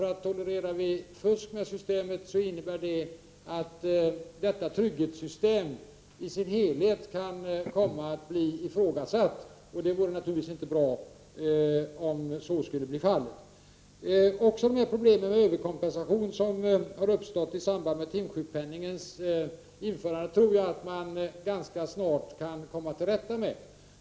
Om vi tolererar fusk med systemet innebär det att detta trygghetssystem i sin helhet kan komma att bli ifrågasatt. Det vore naturligtvis inte bra om så skulle bli fallet. Också överkompensationsproblemen som har uppstått vid införandet av timsjukpenning tror jag att man ganska snart kan komma till rätta med.